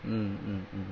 mm mm mm